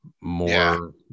more